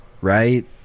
right